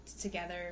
together